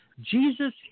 Jesus